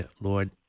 Lord